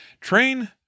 Train